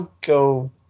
go